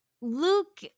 Luke